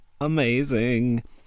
amazing